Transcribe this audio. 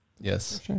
Yes